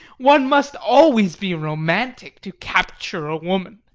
one must always be romantic to capture a woman.